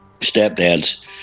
stepdad's